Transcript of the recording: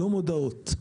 לא מודעות.